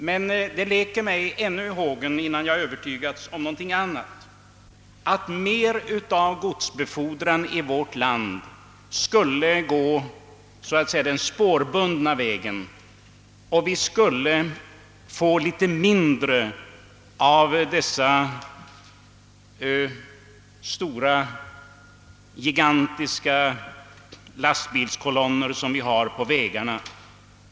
Men det leker mig ännu i hågen innan jag övertygats om något annat att mer av vår godsbefordran skulle kunna ske längs den spårbundna vägen och att vi något skulle söka minska de gigantiska lastbilskolonner som vi nu har på vägarna.